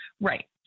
Right